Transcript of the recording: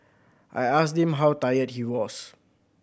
I asked him how tired he was